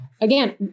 again